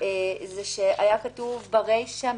היה כתוב ברישא: